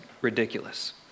ridiculous